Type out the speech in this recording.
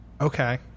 Okay